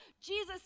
Jesus